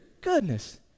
goodness